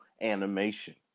animation